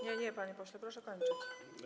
Nie, nie, panie pośle, proszę kończyć.